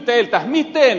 kysyn teiltä